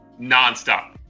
nonstop